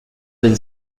been